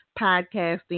podcasting